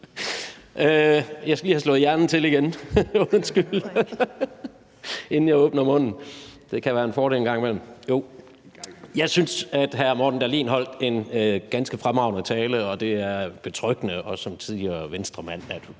Jeg skal lige have slået hjernen til igen, inden jeg åbner munden. Det kan være en fordel en gang imellem. Jo, jeg synes, at hr. Morten Dahlin holdt en ganske fremragende tale, og som tidligere Venstremand synes